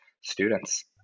students